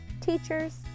teachers